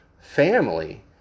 family